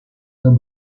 sein